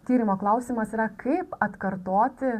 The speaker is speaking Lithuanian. tyrimo klausimas yra kaip atkartoti